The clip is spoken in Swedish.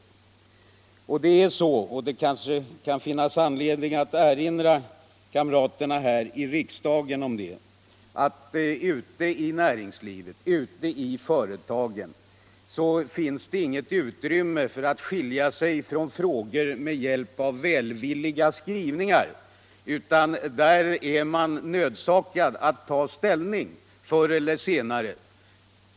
Det är så — och det kanske kan finnas anledning att erinra kamraterna här i riksdagen om det — att det i näringslivet, ute i företagen, inte finns något utrymme för att skilja sig från frågor med hjälp av ”välvilliga skrivningar” utan att man där är nödsakad att ta ställning för eller emot.